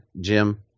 Jim